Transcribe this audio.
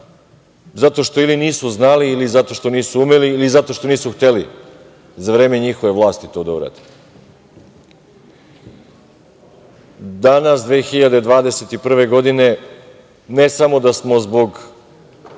zato što ili nisu znali ili zato što nisu umeli ili zato što nisu hteli za vreme njihove vlasti to da urade. Danas, 2021. godine ne samo da smo zbog